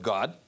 God